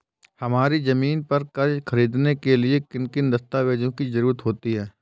हमारी ज़मीन पर कर्ज ख़रीदने के लिए किन किन दस्तावेजों की जरूरत होती है?